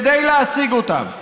כדי להשיג אותם,